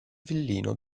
villino